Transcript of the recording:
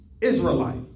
Israelite